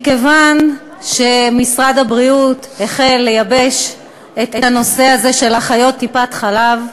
מכיוון שמשרד הבריאות החל לייבש את הנושא הזה של אחיות טיפות-חלב,